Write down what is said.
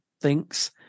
thinks